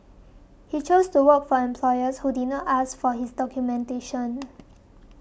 he chose to work for employers who did not ask for his documentation